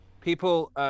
people